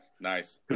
Nice